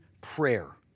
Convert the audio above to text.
prayer